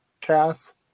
Cass